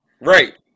right